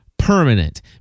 Permanent